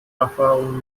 erfahrung